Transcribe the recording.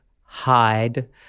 hide